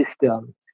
system